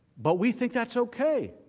but we think that's okay.